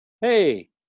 Hey